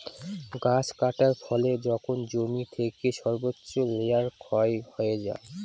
গাছ কাটার ফলে যখন জমি থেকে সর্বোচ্চ লেয়ার ক্ষয় হয়ে যায়